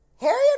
Harriet